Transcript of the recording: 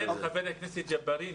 חבר הכנסת ג'בארין,